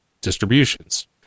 distributions